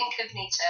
incognito